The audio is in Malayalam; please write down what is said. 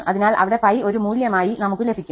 അതിനാൽ അവിടെ 𝜋 ഒരു മൂല്യമായി നമുക്ക് ലഭിക്കും